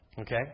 okay